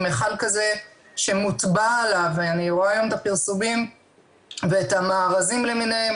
מכל כזה שמוטבע עליו אני רואה היום את הפרסומים ואת המארזים למיניהם